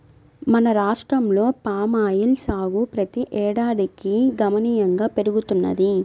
మన రాష్ట్రంలో పామాయిల్ సాగు ప్రతి ఏడాదికి గణనీయంగా పెరుగుతున్నది